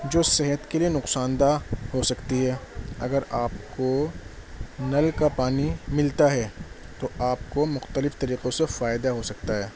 جو صحت کے لیے نقصان دہ ہو سکتی ہے اگر آپ کو نل کا پانی ملتا ہے تو آپ کو مختلف طریقوں سے فائدہ ہو سکتا ہے